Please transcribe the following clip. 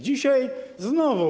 Dzisiaj znowu.